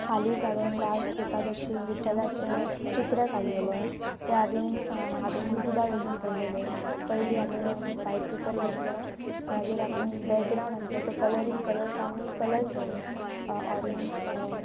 हालींच हांवें लास्ट एकादशीक विठ्ठलाचें चित्र काडलेलें तें हांवें हांवेंन यूट्यूबा वरसून पळयलेलें पयलीं हांवेंन वायट पेपर घेतलो मागीर हांवें बॅकग्रावंड आसलो तो कलरींग कलरींग कलर्सांनी कलर केलो ऑरेंज